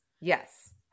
Yes